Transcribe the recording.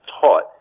taught